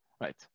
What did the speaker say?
Right